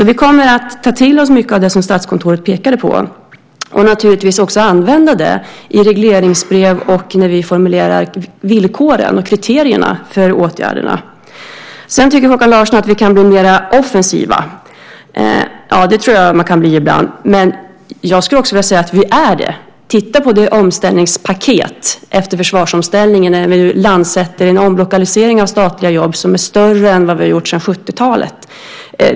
Vi kommer att ta till oss mycket av det som Statskontoret pekade på och naturligtvis också använda det i regleringsbrev och när vi formulerar villkoren och kriterierna för åtgärderna. Sedan tycker Håkan Larsson att vi kan bli mer offensiva. Det tror jag att man kan bli ibland. Men jag skulle också vilja säga att vi är det. Titta på omställningspaketet efter försvarsomställningen där vi landsätter en omlokalisering av statliga jobb som är större än vi har gjort sedan 1970-talet.